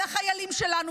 על החיילים שלנו,